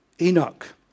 Enoch